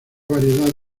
variedad